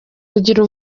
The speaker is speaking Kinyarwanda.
kugira